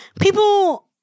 people